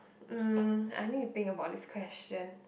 um I need to think about this question